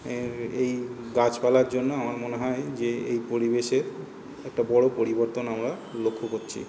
এর এই গাছপালার জন্য আমার মনে হয় যে এই পরিবেশের একটা বড়ো পরিবর্তন আমরা লক্ষ্য করছি